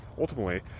ultimately